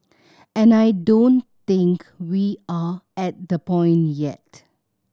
and I don't think we are at the point yet